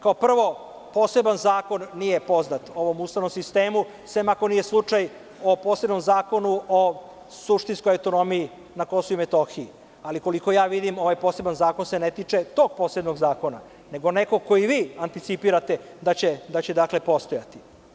Kao prvo, poseban zakon nije poznat ovom Ustavnom sistemu, osim ako nije slučaj o posebnom Zakonu o suštinskoj autonomiji na Kosovu i Metohiji, ali koliko ja vidim ovaj poseban zakon se ne tiče tog posebnog zakona, nego nekog koji vi anticipirate da će postojati.